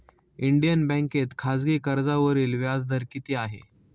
Indian बँकेत खाजगी कर्जावरील व्याजदर किती आहे?